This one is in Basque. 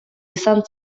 izan